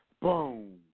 boom